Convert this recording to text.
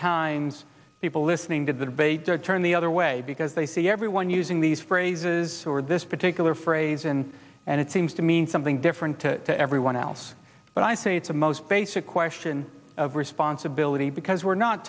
times people listening to the debate turn the other way because they see everyone using these phrases or this particular phrase and and it seems to mean something different to everyone else but i say it's the most basic question of responsibility because we're not